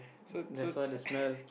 so so